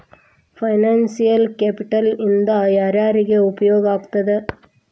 Financial capital ಇಂದಾ ಯಾರ್ಯಾರಿಗೆ ಉಪಯೊಗಾಗ್ತದ?